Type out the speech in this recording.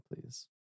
please